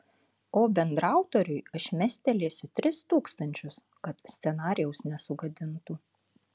o bendraautoriui aš mestelėsiu tris tūkstančius kad scenarijaus nesugadintų